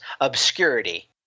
obscurity